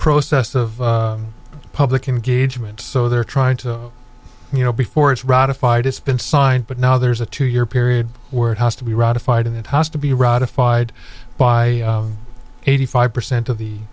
process of public engagement so they're trying to you know before it's ratified it's been signed but now there's a two year period where it has to be ratified and it has to be ratified by eighty five percent of the